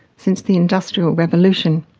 since the industrial revolution.